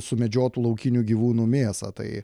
sumedžiotų laukinių gyvūnų mėsą tai